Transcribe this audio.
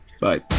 bye